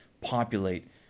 populate